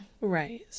Right